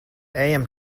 ejam